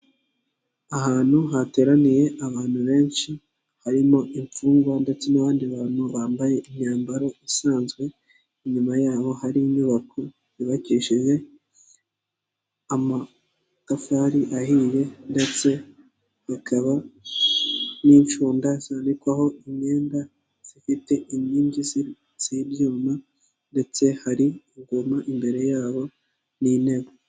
Ahantu hateraniye abantu benshi, harimo imfungwa ndetse n'abandi bantu bambaye imyambaro isanzwe, inyuma yabo hari inyubako yubakishije amatafari ahiye ndetse hakaba n'icunda zanikwaho imyenda zifite inkingi z'ibyuma ndetse hari ingoma imbere yabo n'intebe.